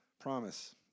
Promise